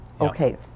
okay